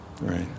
Right